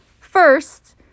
First